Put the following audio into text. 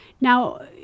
now